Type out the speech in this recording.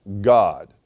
God